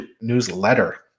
newsletter